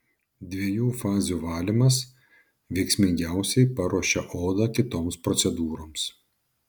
dviejų fazių valymas veiksmingiausiai paruošia odą kitoms procedūroms